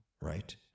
right